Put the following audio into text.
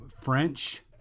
French